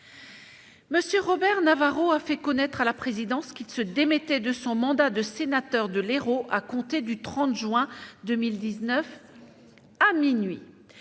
loi. M. Robert Navarro a fait connaître à la présidence qu'il se démettait de son mandat de sénateur de l'Hérault à compter du 30 juin 2019, à minuit.